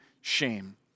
shame